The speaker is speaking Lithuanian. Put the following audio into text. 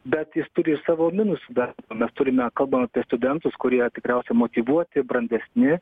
bet jis turi ir savo minusų dar mes turime kalbam apie studentus kurie tikriausia motyvuoti brandesni